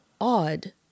odd